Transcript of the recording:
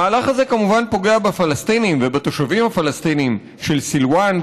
המהלך הזה פוגע כמובן בפלסטינים ובתושבים הפלסטינים של סילוואן,